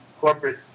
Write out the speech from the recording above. corporate